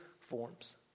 forms